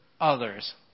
others